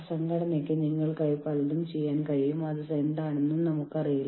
അതിനാൽ ജനങ്ങളുടെ ആവശ്യങ്ങൾ കേൾക്കാം